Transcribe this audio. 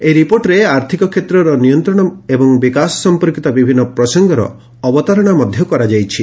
ଏହି ରିପୋର୍ଟରେ ଆର୍ଥକ କ୍ଷେତ୍ରର ନିୟନ୍ତ୍ରଣ ଏବଂ ବିକାଶ ସମ୍ପର୍କିତ ବିଭିନ୍ନ ପ୍ରସଙ୍ଗର ଅବତାରଣା ମଧ୍ୟ କରାଯାଇଛି